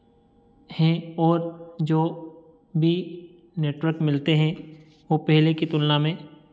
हैं और जो भी नेटवर्क मिलते हैं वो पहले की तुलना में